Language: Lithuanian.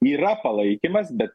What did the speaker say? yra palaikymas bet